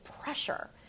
pressure